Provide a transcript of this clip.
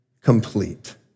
complete